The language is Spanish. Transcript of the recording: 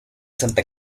santa